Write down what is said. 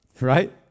right